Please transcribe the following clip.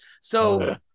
So-